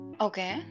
okay